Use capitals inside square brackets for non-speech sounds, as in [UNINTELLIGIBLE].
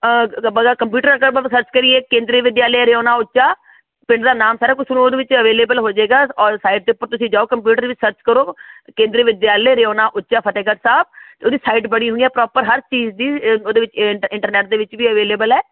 [UNINTELLIGIBLE] computer [UNINTELLIGIBLE] ਆਪਾਂ search ਕਰੀਏ ਕੇਂਦਰੀ ਵਿਦਿਆਲਿਆ ਰਿਓਨਾ ਉੱਚਾ ਪਿੰਡ ਦਾ ਨਾਮ ਸਾਰਾ ਕੁਛ ਤੁਹਾਨੂੰ ਉਹਦੇ ਵਿੱਚ ਅਵੇਲੇਬਲ ਹੋ ਜੇਗਾ ਔਰ ਸਾਈਟ ਦੇ ਉੱਪਰ ਤੁਸੀਂ ਜਾਓ ਕੰਪਿਊਟਰ ਦੇ ਵਿੱਚ ਸਰਚ ਕਰੋ ਕੇਂਦਰੀ ਵਿਦਿਆਲਿਆ ਰਿਓਨਾ ਉੱਚਾ ਫਤਿਹਗੜ੍ਹ ਸਾਹਿਬ ਅਤੇ ਉਹਦੀ ਸਾਈਟ ਬਣੀ ਹੋਈ ਐ ਪ੍ਰੋਪਰ ਹਰ ਚੀਜ਼ ਦੀ ਅ ਉਹਦੇ ਵਿੱਚ ਅ ਇੰ ਇੰਟਰਨੈਟ ਦੇ ਵਿੱਚ ਵੀ ਅਵੇਲੇਬਲ ਹੈ